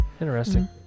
interesting